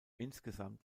insgesamt